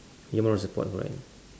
ya moral support right